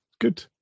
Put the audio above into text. Good